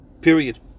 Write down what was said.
period